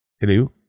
Hello